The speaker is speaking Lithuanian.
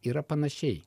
yra panašiai